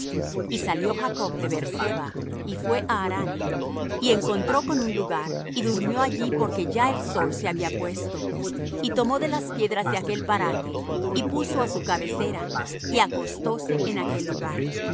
y salió jacob de beer-seba y fué á harán y encontró con un lugar y durmió allí porque ya el sol se había puesto y tomó de las piedras de aquel paraje y puso á su cabecera y acostóse en aquel lugar